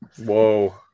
Whoa